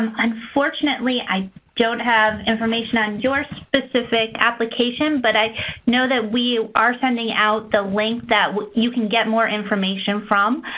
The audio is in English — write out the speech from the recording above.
unfortunately, i don't have information on your specific application, but i know that we are sending out the link that you can get more information from.